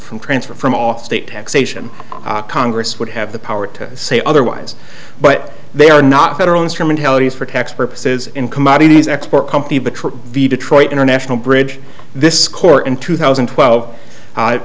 from transfer from off state taxation congress would have the power to say otherwise but they are not federal instrumentalities for tax purposes in commodities export company but the detroit international bridge this court in two thousand and twelve